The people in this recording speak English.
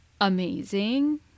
amazing